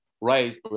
right